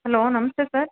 hello ನಮಸ್ತೆ sir